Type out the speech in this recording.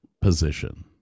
position